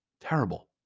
terrible